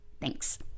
Thanks